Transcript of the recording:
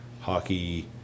hockey